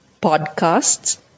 podcasts